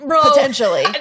potentially